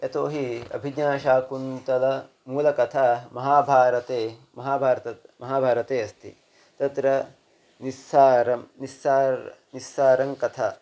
यतोहि अभिज्ञाशाकुन्तलस्य मूलकथा महाभारते महाभारते महाभारते अस्ति तत्र निस्सारं निस्सारं निस्सारं कथा